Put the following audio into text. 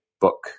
book